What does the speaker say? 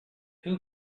who